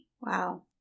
Wow